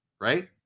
right